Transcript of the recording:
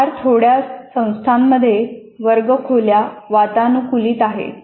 फार थोड्या संस्थांमध्ये वर्ग खोल्या वातानुकुलित आहेत